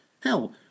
Hell